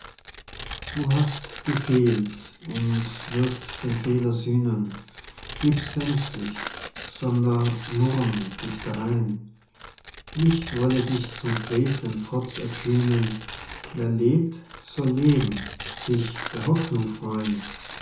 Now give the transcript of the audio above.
du hast gefehlt und wirst den fehler sühnen gieb sänftlich sonder murren dich darein nicht wolle dich zu frevlem trotz erkühnen wer lebt soll leben sich der hoffnung freu'n